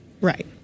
right